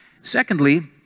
Secondly